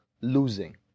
losing